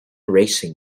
racing